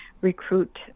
recruit